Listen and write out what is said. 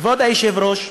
כבוד היושב-ראש,